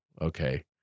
Okay